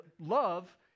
love